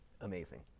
amazing